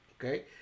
okay